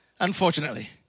Unfortunately